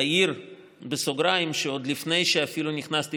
אעיר בסוגריים שעוד לפני שאפילו נכנסתי